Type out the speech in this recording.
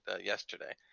yesterday